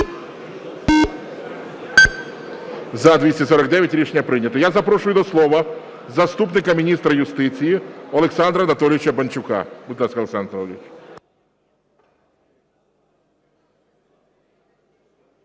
За-249 Рішення прийнято. Я запрошую до слова заступника міністра юстиції Олександра Анатолійовича Банчука. Будь ласка, Олександр Анатолійович.